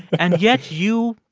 and yet you,